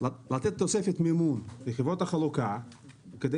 לה אפשרות לתת תוספת מימון לחברות החלוקה כדי